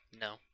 no